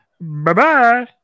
bye-bye